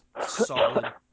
solid